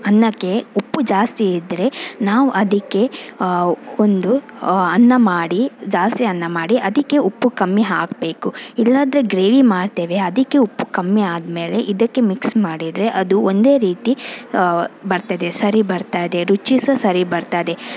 ಅನ್ನಕ್ಕೆ ಉಪ್ಪು ಜಾಸ್ತಿ ಇದ್ದರೆ ನಾವು ಅದಕ್ಕೆ ಒಂದು ಅನ್ನ ಮಾಡಿ ಜಾಸ್ತಿ ಅನ್ನ ಮಾಡಿ ಅದಕ್ಕೆ ಉಪ್ಪು ಕಮ್ಮಿ ಹಾಕಬೇಕು ಇಲ್ಲಾದ್ರೆ ಗ್ರೇವಿ ಮಾಡ್ತೇವೆ ಅದಕ್ಕೆ ಉಪ್ಪು ಕಮ್ಮಿ ಆದ ಮೇಲೆ ಇದಕ್ಕೆ ಮಿಕ್ಸ್ ಮಾಡಿದರೆ ಅದು ಒಂದೇ ರೀತಿ ಬರ್ತದೆ ಸರಿ ಬರ್ತದೆ ರುಚಿ ಸಹ ಸರಿ ಬರ್ತದೆ